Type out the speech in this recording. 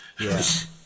Yes